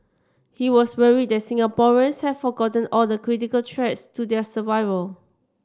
he was worried that Singaporeans have forgotten all the critical threats to their survival